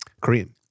Korean